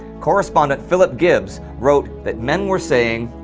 correspondent philip gibbs wrote that men were saying,